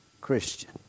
Christian